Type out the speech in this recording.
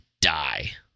die